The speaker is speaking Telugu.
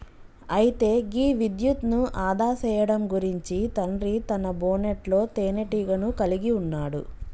అయితే గీ విద్యుత్ను ఆదా సేయడం గురించి తండ్రి తన బోనెట్లో తీనేటీగను కలిగి ఉన్నాడు